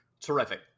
Terrific